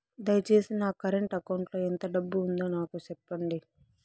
దయచేసి నా current account లో ఎంత డబ్బు ఉందో నాకు సెప్పండి